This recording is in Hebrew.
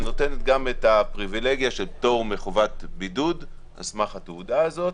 ונותנת גם את הפריבילגיה של פטור מחובת בידוד על סמך התעודה הזו.